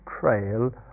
trail